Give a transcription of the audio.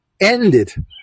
ended